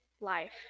Life